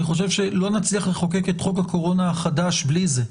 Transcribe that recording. אני חושב שלא נצליח לחוקק את חוק הקורונה החדש בלי זה.